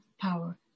power